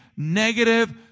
Negative